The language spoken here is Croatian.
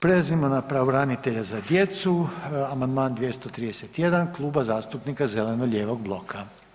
Prelazimo na pravobranitelja za djecu, amandman 231, Kluba zastupnika zeleno-lijevog bloka.